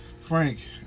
Frank